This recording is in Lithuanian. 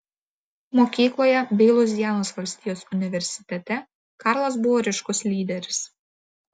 mokykloje bei luizianos valstijos universitete karlas buvo ryškus lyderis